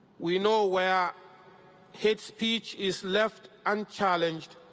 we know where hate speech is left unchallenged,